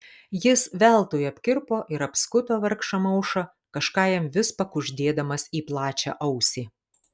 jis veltui apkirpo ir apskuto vargšą maušą kažką jam vis pakuždėdamas į plačią ausį